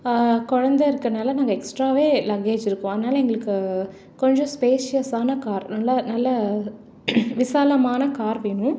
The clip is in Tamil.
குழந்த இருக்கனால நாங்கள் எக்ஸ்ட்ராவே லக்கேஜ் இருக்கும் அதனால எங்களுக்கு கொஞ்சம் ஸ்பேஸியஸான கார் நல்ல நல்ல விசாலமான கார் வேணும்